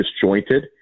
disjointed